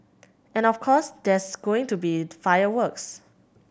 and of course there's going to be fireworks